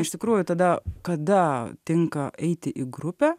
iš tikrųjų tada kada tinka eiti į grupę